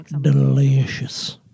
Delicious